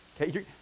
okay